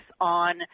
on